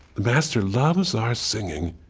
master loves our singing,